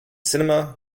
cinema